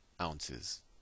ounces